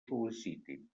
sol·licitin